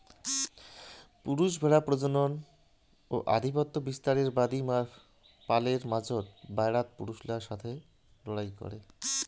পুরুষ ভ্যাড়া প্রজনন ও আধিপত্য বিস্তারের বাদী পালের মাঝোত, বায়রাত পুরুষলার সথে লড়াই করে